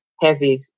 heavy